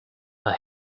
are